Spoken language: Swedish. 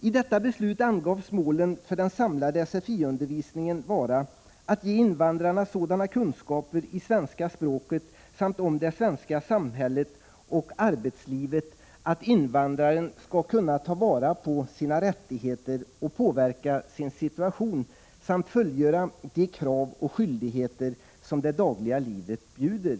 I detta beslut angavs målen för den samlade sfi-undervisningen vara att ge invandraren sådana kunskaper i svenska språket samt om det svenska samhället och arbetslivet att invandraren skulle kunna ta vara på sina rättigheter och påverka sin situation samt uppfylla de krav och fullgöra de skyldigheter som det dagliga livet bjuder.